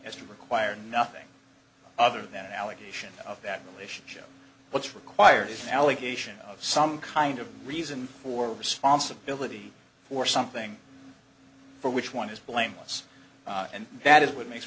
as to require nothing other than an allegation of that relationship what's required is an allegation of some kind of reason or responsibility or something for which one is blameless and that is what makes